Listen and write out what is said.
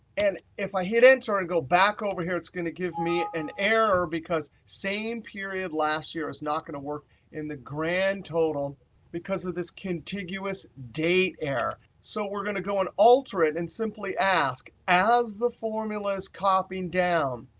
and if i hit enter and go back over here, it's going to give me an error, because same period last year is not going to work in the grand total because of this contiguous date error. so we're going to go and alter it, and simply ask as the formula's copying down,